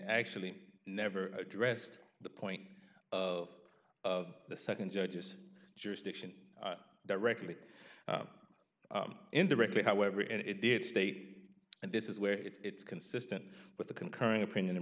actually never addressed the point of of the nd judge's jurisdiction directly or indirectly however and it did state and this is where it's consistent with the concurring opinion